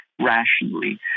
rationally